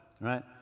right